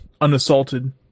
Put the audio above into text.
unassaulted